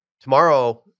tomorrow